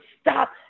stop